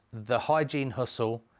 thehygienehustle